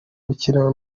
bikenewe